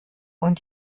und